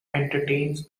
entertains